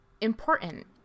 important